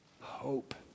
hope